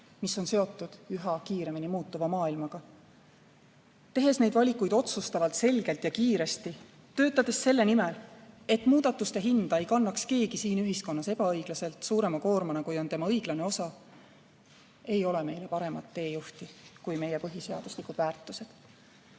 mis on seotud üha kiiremini muutuva maailmaga. Tehes neid valikuid otsustavalt, selgelt ja kiiresti, töötades selle nimel, et muudatuste hinda ei kannaks keegi siin ühiskonnas ebaõiglaselt suurema koormana, kui on tema õiglane osa, ei ole meil paremat teejuhti kui meie põhiseaduslikud väärtused.